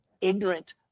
ignorant